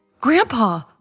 Grandpa